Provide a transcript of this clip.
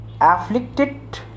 afflicted